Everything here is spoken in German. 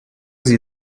sie